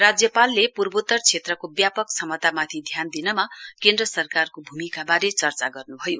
राज्यपालले पूर्वोत्तर क्षेत्रको व्यापक क्षमतामाथि ध्यान दिनमा केन्द्र सरकारको भूमिकाबारे चर्चा गर्नुभयो